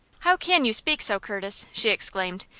how can you speak so, curtis? she exclaimed.